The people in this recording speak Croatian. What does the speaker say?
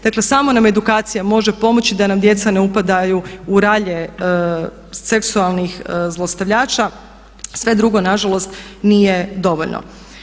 Dakle samo nam edukacija može pomoći da nam djeca ne upadaju u ralje seksualnih zlostavljača, sve drugo nažalost nije dovoljno.